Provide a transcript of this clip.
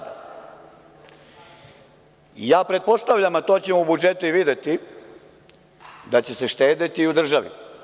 Ja pretpostavljam, a to ćemo u budžetu i videti, da će se štedeti i u državi.